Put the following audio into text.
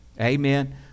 Amen